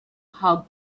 how